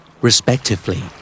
Respectively